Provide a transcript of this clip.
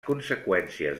conseqüències